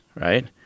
right